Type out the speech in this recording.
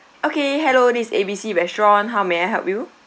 okay hello this is A B C restaurant how may I help you